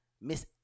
Miss